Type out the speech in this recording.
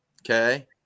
Okay